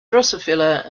drosophila